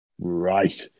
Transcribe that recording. right